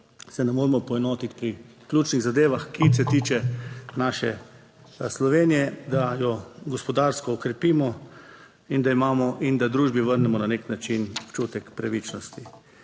se ne moremo poenotiti pri ključnih zadevah, ki se tičejo naše Slovenije, da jo gospodarsko okrepimo in da imamo in da družbi vrnemo na nek način občutek pravičnosti.